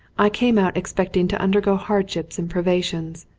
i came out ex pecting to undergo hardships and privations.